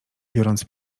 biorąc